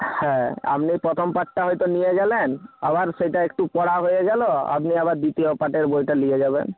হ্যাঁ আপনি প্রথম পার্টটা হয়তো নিয়ে গেলেন আবার সেটা একটু পড়া হয়ে গেলো আপনি আবার দ্বিতীয় পার্টের বইটা নিয়ে যাবেন